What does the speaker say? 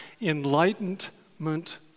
enlightenment